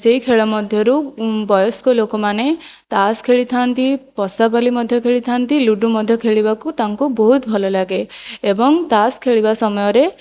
ସେହି ଖେଳ ମଧ୍ୟରୁ ବୟସ୍କ ଲୋକମାନେ ତାସ ଖେଳିଥା'ନ୍ତି ପସାପାଲି ମଧ୍ୟ ଖେଳିଥା'ନ୍ତି ଲୁଡୁ ମଧ୍ୟ ଖେଳିବାକୁ ତାଙ୍କୁ ବହୁତ ଭଲ ଲାଗେ ଏବଂ ତାସ ଖେଳିବା ସମୟରେ